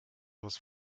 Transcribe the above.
was